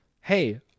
hey